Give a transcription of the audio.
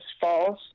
false